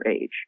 age